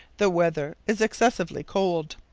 the weather is excessively cold.